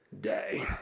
day